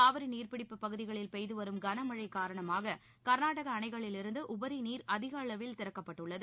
காவிரி நீர்பிடிப்பு பகுதிகளில் பெய்து வரும் கனமழை காரணமாக கர்நாடக அணைகளிலிருந்து உபரி நீர் அதிக அளவில் திறக்கப்பட்டுள்ளது